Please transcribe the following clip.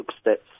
steps